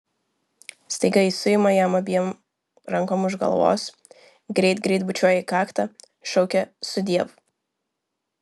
staiga ji suima jam abiem rankom už galvos greit greit bučiuoja į kaktą šaukia sudiev